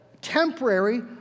temporary